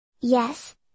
Yes